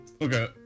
Okay